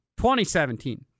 2017